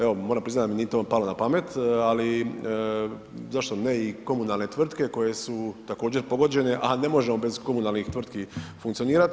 Evo moram priznati da mi nije to palo na pamet, ali zašto ne i komunalne tvrtke koje su također pogođene, a ne možemo bez komunalnih tvrtki funkcionirati.